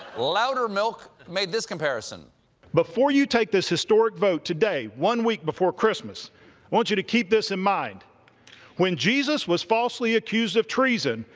loudermilk made this comparison before you take this historic vote today, one week before christmas, i want you to keep this in mind when jesus was falsely accused of treason,